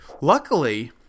luckily